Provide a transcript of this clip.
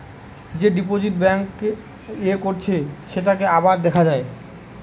যে deposit bank এ করেছে সেটাকে আবার দেখা যায়